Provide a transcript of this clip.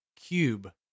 cube